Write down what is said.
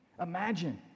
Imagine